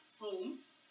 homes